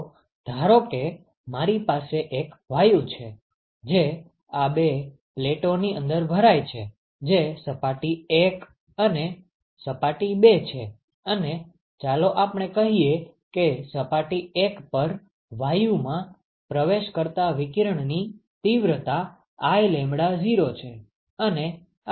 તો ધારો કે મારી પાસે એક વાયુ છે જે આ બે પ્લેટોની અંદર ભરાય છે જે સપાટી 1 અને સપાટી 2 છે અને ચાલો આપણે કહીએ કે સપાટી 1 પર વાયુમાં પ્રવેશ કરતા વિકિરણની તીવ્રતા Iλ0 છે